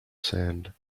sand